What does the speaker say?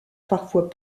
parfois